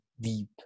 deep